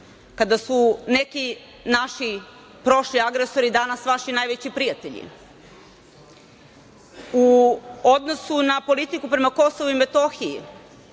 kada su neki naši prošli agresori danas vaši najveći prijatelji. U odnosu na politiku prema KiM koliko